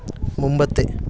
മുമ്പത്തെ